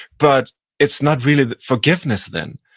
but it's not really forgiveness, then.